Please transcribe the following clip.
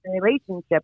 relationship